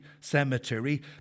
cemetery